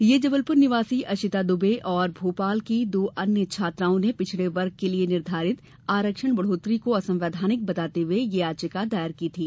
यह जबलपुर निवासी अशिता दुबे और भोपाल की दो अन्य छात्राओं ने पिछड़े वर्ग के लिए निर्धारित आरक्षण बढ़ोतरी को असंवैधानिक बताते हए यह याचिका दायर की थी